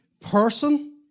person